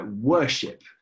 worship